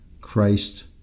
Christ